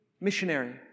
missionary